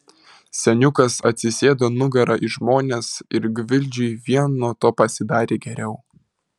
seniukas atsisėdo nugara į žmones ir gvildžiui vien nuo to pasidarė geriau